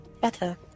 Better